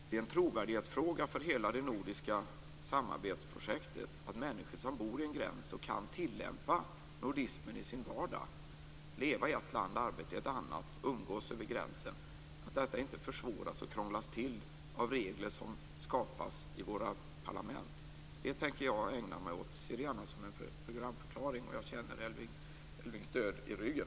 Det är en trovärdighetsfråga för hela det nordiska samarbetsprojektet att människor som bor vid en gräns kan tillämpa nordismen i sin vardag, att leva i ett land och arbeta i ett annat och umgås över gränsen. Detta skall inte försvåras och krånglas till av regler som skapas i våra parlament. Det tänker jag ägna mig åt - se det gärna som en programförklaring - och jag känner Elver Jonssons stöd i ryggen.